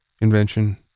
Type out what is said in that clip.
invention